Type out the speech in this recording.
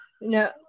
No